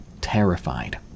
terrified